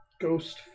ghost